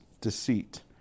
deceit